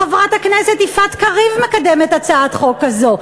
חברת הכנסת יפעת קריב מקדמת הצעת חוק כזאת.